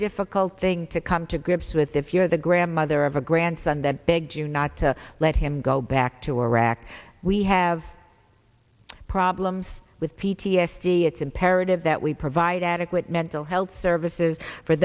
difficult thing to come to grips with if you're the grandmother of a grandson that begged you not to let him go back to iraq we have problems with p t s d it's imperative that we provide adequate mental health services for